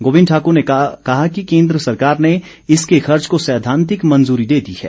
गोबिंद ठाक्र ने बताया कि केंद्र सरकार ने इसके खर्च को सैद्वांतिक मंजूरी दे दी है